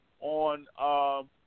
On